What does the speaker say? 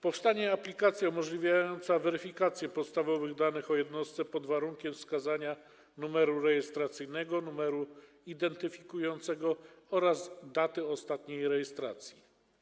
Powstanie aplikacja umożliwiająca weryfikację podstawowych danych o jednostce pod warunkiem wskazania numeru rejestracyjnego, numeru identyfikującego oraz daty ostatniej rejestracji.